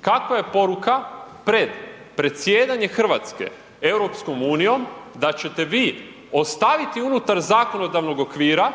Kakva je poruka pred predsjedanje Hrvatske Europskom unijom da ćete vi ostaviti unutar zakonodavnog okvira